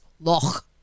Loch